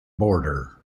border